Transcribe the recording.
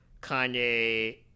Kanye